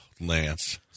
Lance